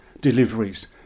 deliveries